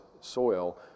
soil